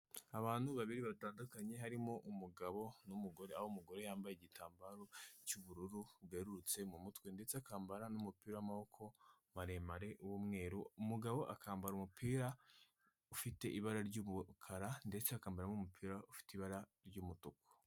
Abantu babiri batandukanye harimo umugabo n'umugore, aho umugore yambaye igitambaro cy'ubururu bwerurutse mu mutwe ndetse akambara n'umupira w'amaboko maremare w'umweru, umugabo akambara umupira ufite ibara ry'umukara ndetse akambara n’umupira ufite ibara ry'umutuku.